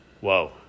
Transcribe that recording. Whoa